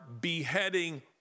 beheading